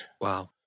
Wow